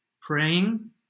praying